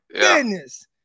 goodness